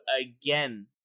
again